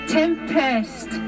tempest